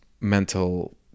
mental